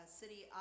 city